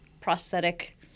prosthetic